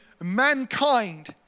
mankind